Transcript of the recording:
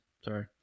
sorry